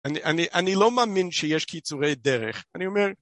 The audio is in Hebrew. אני לא מאמין שיש קיצורי דרך, אני אומר...